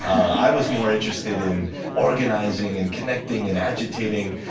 i was more interested in organizing and connecting and agitating,